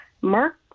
mark